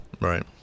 Right